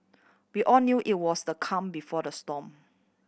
we all knew it was the calm before the storm